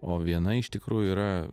o viena iš tikrųjų yra